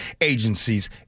agencies